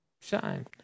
shine